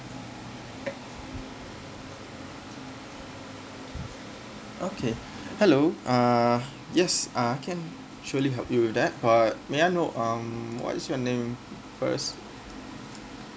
okay hello uh yes uh can surely help you with that but may I know um what's your name first